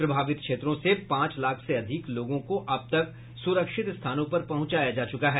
प्रभावित क्षेत्रों से पांच लाख से अधिक लोगों को अब तक स्रक्षित स्थानों पर पहुंचाया जा चुका है